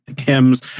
hymns